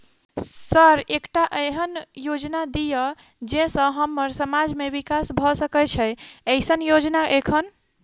Sir एकटा एहन योजना दिय जै सऽ हम्मर समाज मे विकास भऽ सकै छैय एईसन योजना एखन?